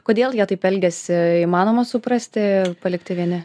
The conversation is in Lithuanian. kodėl jie taip elgiasi įmanoma suprasti palikti vieni